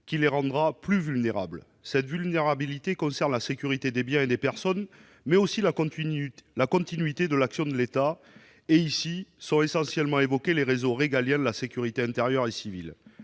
qui rendront ceux plus vulnérables. Cette vulnérabilité concerne la sécurité des biens et des personnes, mais aussi la continuité de l'action de l'État. Ici, il est essentiellement question des réseaux régaliens de la sécurité intérieure et civile.